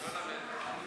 לא לרדת.